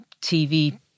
TV